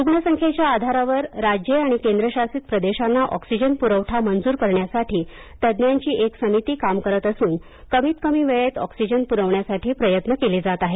रुग्ण संख्येच्या आधारावर राज्ये आणि केंद्रशासित प्रदेशांना ऑक्सिजन पुरवठा मंजूर करण्यासाठी तज्ञांची एक समिती काम करत असून कमीत कमी वेळेत ऑक्सिजन पुरविण्यासाठी प्रयत्न केले जात आहेत